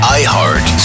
iHeart